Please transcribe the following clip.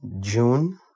June